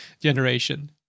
generation